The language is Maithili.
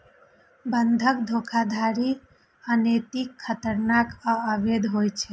बंधक धोखाधड़ी अनैतिक, खतरनाक आ अवैध होइ छै